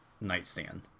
nightstand